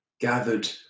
gathered